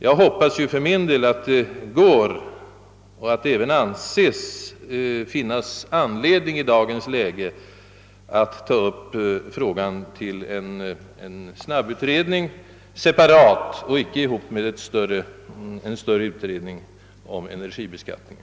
Jag hoppas ju för min del att det går och att det i lagens läge även anses finnas anledning att ta upp frågan till en snabbutredning separat och icke tillsammans med en större utredning om energibeskattningen.